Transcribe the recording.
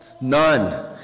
None